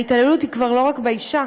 ההתעללות היא כבר לא רק באישה,